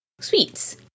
sweets